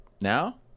Now